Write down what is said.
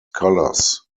colors